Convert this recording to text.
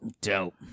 Dope